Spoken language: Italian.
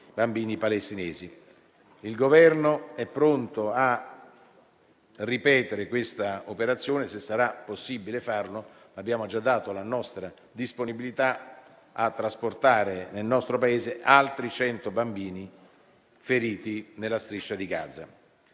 bambini palestinesi. Il Governo è pronto a ripetere questa operazione, se sarà possibile farlo, abbiamo già dato la nostra disponibilità a trasportare nel nostro Paese altri 100 bambini feriti nella Striscia di Gaza.